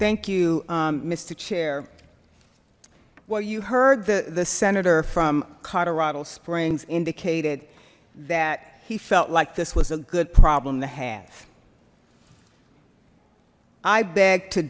thank you mister chair well you heard the the senator from colorado springs indicated that he felt like this was a good problem to have i beg to